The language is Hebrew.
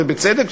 ובצדק,